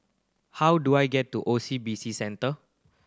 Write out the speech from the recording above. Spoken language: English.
how do I get to O C B C Centre